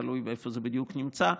תלוי איפה זה נמצא בדיוק,